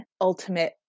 ultimate